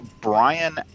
Brian